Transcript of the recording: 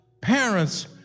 parents